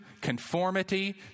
conformity